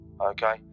Okay